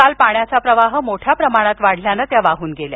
काल पाण्याचा प्रवाह मोठ्या प्रमाणात वाढल्याने त्या वाहून गेल्या